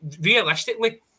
realistically